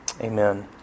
Amen